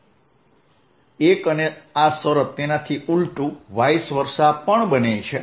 1 અને આ શરત તેનાથી ઊલટું પણ બને છે